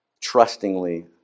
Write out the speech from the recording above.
trustingly